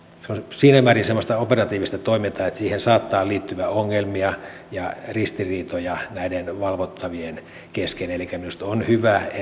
siinä määrin semmoista operatiivista toimintaa että siihen saattaa liittyä ongelmia ja ristiriitoja näiden valvottavien kesken elikkä minusta on hyvä että